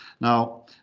Now